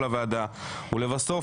אוריאל בוסו,